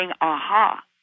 aha